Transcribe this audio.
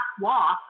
walk